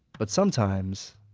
but sometimes,